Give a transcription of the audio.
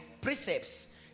precepts